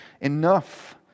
Enough